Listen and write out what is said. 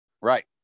Right